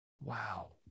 wow